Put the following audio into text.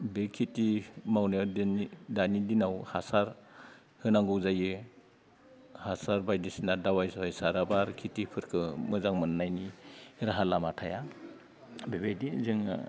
बे खेथि मावनायाव दिनै दानि दिनाव हासार होनांगौ जायो हासार बायदिसिना दावाइ सावाइ साराब्ला आरो खिथिफोरखो मोजां मोननायनि राहा लामा थाया बेबायदि जोङो